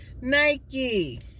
Nike